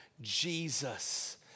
Jesus